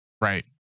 Right